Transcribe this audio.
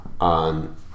on